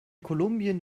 kolumbien